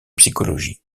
psychologie